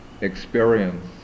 experience